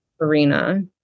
arena